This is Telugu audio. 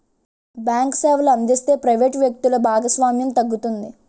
బ్యాంకు సేవలు అందిస్తే ప్రైవేట్ వ్యక్తులు భాగస్వామ్యం తగ్గుతుంది